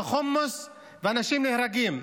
בחומוס, ואנשים נהרגים.